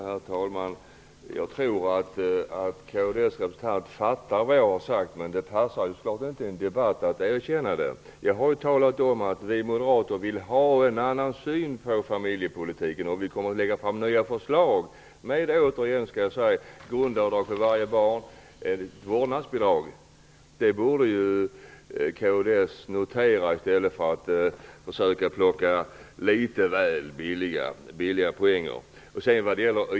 Herr talman! Jag tror att kds representant fattar vad jag har sagt, men det passar naturligtvis inte att erkänna detta i en debatt. Jag har talat om att vi moderater arbetar för en annan syn på familjepolitiken. Jag vill återigen säga att vi kommer att lägga fram nya förslag om grundavdrag för varje barn och vårdnadsbidrag. Detta borde man från kds notera i stället för att försöka plocka litet väl billiga poäng.